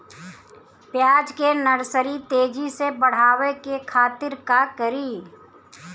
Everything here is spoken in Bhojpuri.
प्याज के नर्सरी तेजी से बढ़ावे के खातिर का करी?